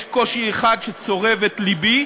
יש קושי אחד שצורב את לבי,